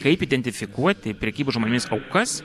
kaip identifikuoti prekybos žmonėmis aukas